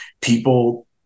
people